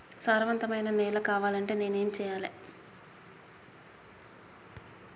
సారవంతమైన నేల కావాలంటే నేను ఏం చెయ్యాలే?